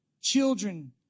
children